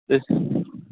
yes